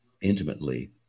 intimately